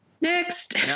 Next